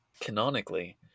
Canonically